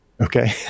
Okay